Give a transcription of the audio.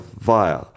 via